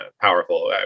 powerful